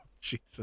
Jesus